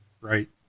Right